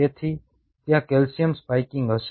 તેથી ત્યાં calcium spiking હશે